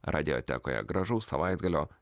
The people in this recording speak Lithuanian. radiotekoje gražaus savaitgalio